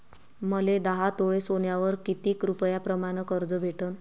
मले दहा तोळे सोन्यावर कितीक रुपया प्रमाण कर्ज भेटन?